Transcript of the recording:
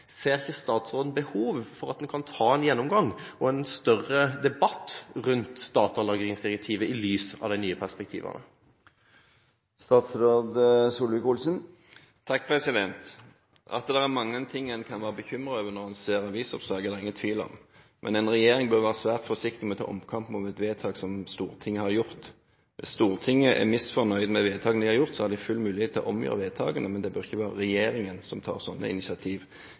ser ikke statsråden behov for at en kan ta en gjennomgang og en større debatt rundt datalagringsdirektivet i lys av de nye perspektivene? At det er mange ting en kan være bekymret over når en ser avisoppslagene, er det ingen tvil om. Men en regjering bør være svært forsiktig med å ta omkamp om et vedtak som Stortinget har gjort. Hvis Stortinget er misfornøyd med vedtakene det har gjort, har de full mulighet til å omgjøre vedtaket. Det bør ikke være regjeringen som tar slike initiativ,